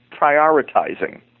prioritizing